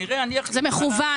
זה מכוון.